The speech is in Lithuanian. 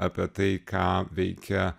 apie tai ką veikia